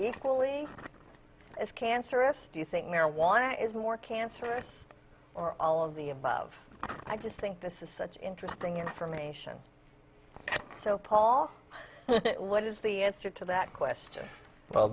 equally as cancerous do you think marijuana is more cancerous or all of the above i just think this is such interesting information so paul what is the answer to that question well